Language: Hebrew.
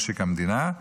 משק המדינה,